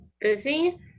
busy